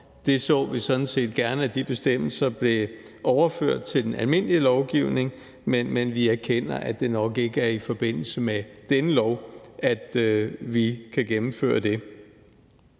Vi så sådan set gerne, at de bestemmelser blev overført til den almindelige lovgivning, men vi erkender, at det nok ikke er i forbindelse med denne lov, at vi kan gennemføre det.